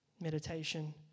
Meditation